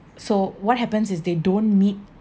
so what happens is they don't meet